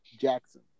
Jackson